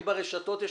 אם ברשתות יש,